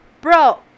Bro